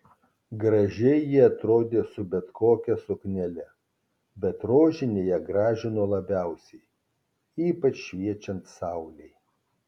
gražiai ji atrodė su bet kokia suknele bet rožinė ją gražino labiausiai ypač šviečiant saulei